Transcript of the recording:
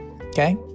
okay